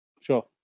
sure